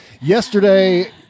yesterday